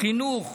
חינוך,